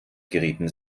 gerieten